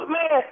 Man